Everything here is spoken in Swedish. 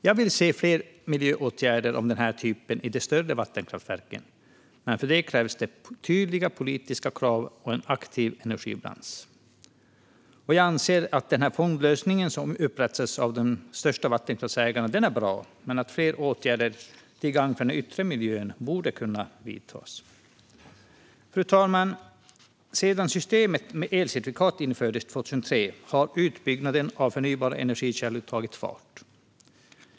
Jag vill se fler miljöåtgärder av den här typen i de större vattenkraftverken, men för det krävs tydliga politiska krav och en aktiv energibransch. Jag anser att den fondlösning som upprättats av de största vattenkraftsägarna är bra men att fler åtgärder till gagn för den yttre miljön borde kunna vidtas. Fru talman! Sedan systemet med elcertifikat infördes 2003 har utbyggnaden av förnybara energikällor tagit fart.